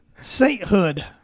sainthood